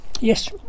Yes